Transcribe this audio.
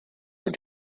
are